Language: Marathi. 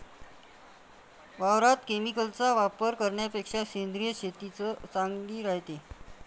वावरात केमिकलचा वापर करन्यापेक्षा सेंद्रिय शेतीच चांगली रायते